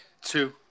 two